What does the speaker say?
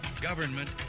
Government